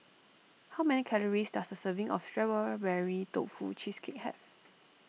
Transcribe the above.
how many calories does a serving of Berry Tofu Cheesecake have